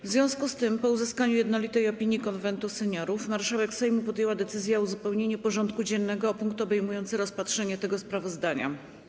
W związku z tym, po uzyskaniu jednolitej opinii Konwentu Seniorów, marszałek Sejmu podjęła decyzję o uzupełnieniu porządku dziennego o punkt obejmujący rozpatrzenie tego sprawozdania.